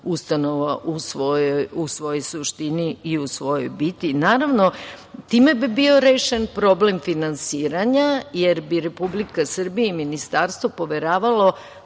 ustanova u svojoj suštini i u svojoj biti. Naravno, time bi bio rešen problem finansiranja, jer bi Republika Srbija i Ministarstvo poveravalo